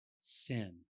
sin